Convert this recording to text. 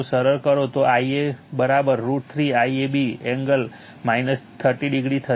જો સરળ કરો તો Ia √ 3 IAB એંગલ 30o થશે